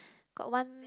got one